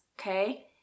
okay